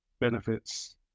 benefits